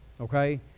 Okay